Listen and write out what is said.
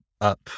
up